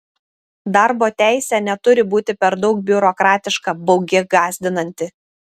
darbo teisė neturi būti per daug biurokratiška baugi gąsdinanti